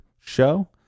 show